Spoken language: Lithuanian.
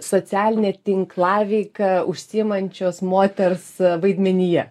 socialine tinklaveika užsiimančios moters vaidmenyje